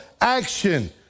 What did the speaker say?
action